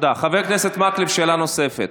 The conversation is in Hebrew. חבר הכנסת מקלב, שאלה נוספת.